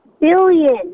billion